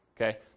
okay